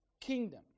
kingdom